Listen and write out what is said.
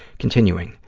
continuing,